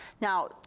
Now